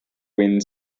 wind